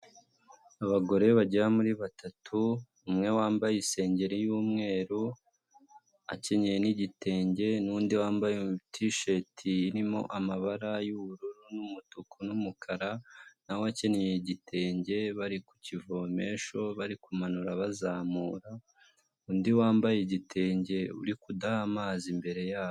Abagore bagera muri batatu umwe wambaye isengeri y'umweru akenye n'igitenge n'undi wambaye tisheti irimo amabara y'ubururu n'umutuku n'umukara nawe akenyeye igitenge bari ku kivomesho bari kumanura bazamura, undi wambaye igitenge uri kudaha amazi imbere yabo.